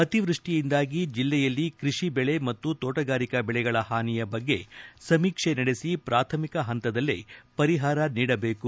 ಅತಿವೃಷ್ಷಿಯಿಂದಾಗಿ ಜಿಲ್ಲೆಯಲ್ಲಿ ಕೃಷಿ ಬೆಳೆ ಮತ್ತು ತೋಟಗಾರಿಕಾ ಬೆಳೆಗಳ ಹಾನಿಯ ಬಗ್ಗೆ ಸಮೀಕ್ಷೆ ನಡೆಸಿ ಪ್ರಾಥಮಿಕ ಹಂತದಲ್ಲೇ ಪರಿಹಾರ ನೀಡಬೇಕು